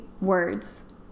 Words